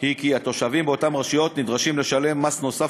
היא כי התושבים באותן רשויות נדרשים לשלם מס נוסף